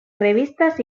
revistas